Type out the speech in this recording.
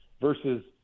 versus